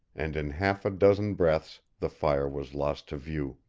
and in half a dozen breaths the fire was lost to view.